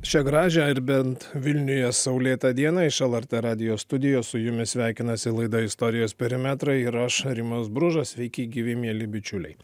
šią gražią ir bent vilniuje saulėtą dieną iš lrt radijo studijos su jumis sveikinasi laida istorijos perimetrai ir aš rimas bružas sveiki gyvi mieli bičiuliai